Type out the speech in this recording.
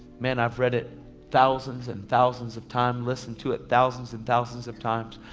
man i've read it thousands and thousands of times. listened to it thousands and thousands of times.